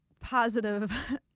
positive